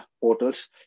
portals